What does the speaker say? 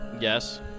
Yes